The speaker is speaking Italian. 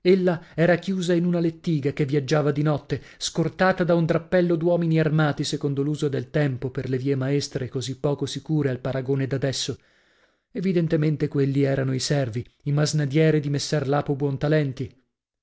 ella era chiusa in una lettiga che viaggiava di notte scortata da un drappello d'uomini armati secondo l'uso del tempo per le vie maestre così poco sicure al paragone d'adesso evidentemente quelli erano i servi i masnadieri di messer lapo buontalenti